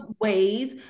ways